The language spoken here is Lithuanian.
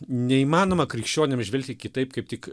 neįmanoma krikščionim žvelgti kitaip kaip tik